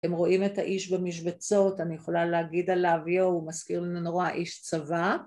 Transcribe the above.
הם רואים את האיש במשבצות, אני יכולה להגיד עליו יואו, הוא מזכיר לנו נורא איש צבא.